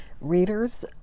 Readers